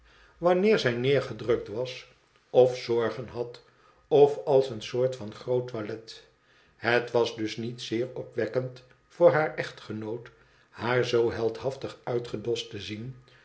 wanneer zij neergedrukt was of zorgen had of als een soort van groot toilet het was dus niet zeer opwekkend voor haar echtgenoot haar zoo heldhaftig uitgedost te zien